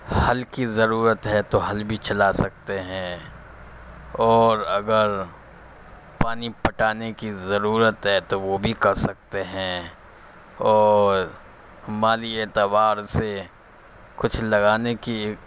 ہل کی ضرورت ہے تو ہل بھی چلا سکتے ہیں اور اگر پانی پٹانے کی ضرورت ہے تو وہ بھی کر سکتے ہیں اور مالی اعتبار سے کچھ لگانے کی